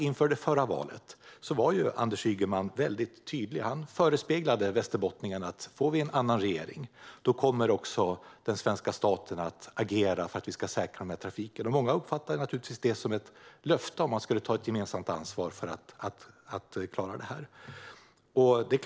Inför det förra valet var Anders Ygeman mycket tydlig. Han förespeglade västerbottningarna att svenska staten skulle agera för att säkra trafiken om vi fick en annan regering. Många uppfattade naturligtvis detta som ett löfte - att man skulle ta ett gemensamt ansvar för att klara detta.